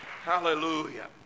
hallelujah